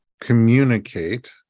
communicate